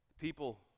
people